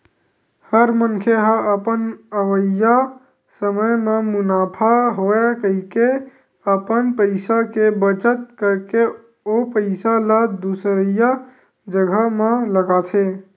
हर मनखे ह अपन अवइया समे म मुनाफा होवय कहिके अपन पइसा के बचत करके ओ पइसा ल दुसरइया जघा म लगाथे